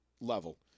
level